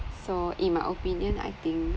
so in my opinion I think